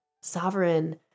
sovereign